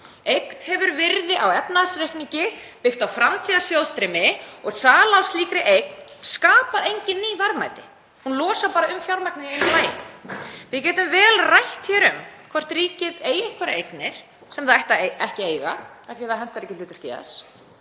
Eign hefur virði á efnahagsreikningi, byggt á framtíðarsjóðstreymi. Sala á slíkri eign skapar engin ný verðmæti. Hún losar bara um fjármagnið í einu lagi. Við getum vel rætt um hvort ríkið eigi einhverjar eignir sem það ætti ekki eiga af því að það hentar ekki hlutverki þess